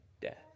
death